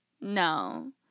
no